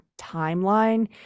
timeline